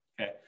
Okay